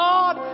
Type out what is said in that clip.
God